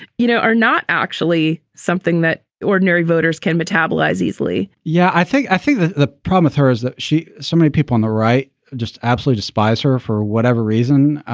you know, are not actually something that ordinary voters can metabolize easily yeah, i think i think the the problem with her is that she so many people on the right just absolute despise her for whatever reason,